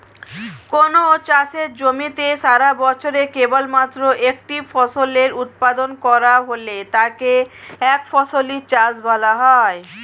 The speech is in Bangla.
কোনও চাষের জমিতে সারাবছরে কেবলমাত্র একটি ফসলের উৎপাদন করা হলে তাকে একফসলি চাষ বলা হয়